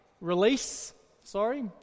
release—sorry